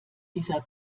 dieser